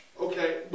Okay